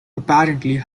apparently